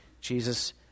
Jesus